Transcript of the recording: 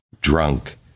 drunk